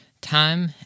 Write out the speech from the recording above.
time